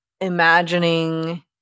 imagining